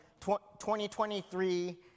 2023